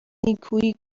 نیکویی